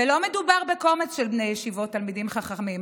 ולא מדובר בקומץ של בני ישיבות תלמידים חכמים.